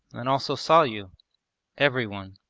and also saw you every one.